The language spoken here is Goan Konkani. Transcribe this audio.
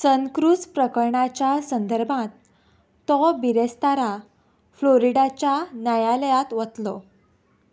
सन क्रूज प्रकर्णाच्या संदर्भांत तो बिरेस्तारा फ्लोरिडाच्या न्यायालयांत वतलो